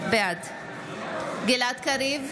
בעד גלעד קריב,